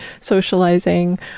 socializing